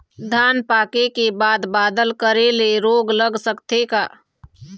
धान पाके के बाद बादल करे ले रोग लग सकथे का?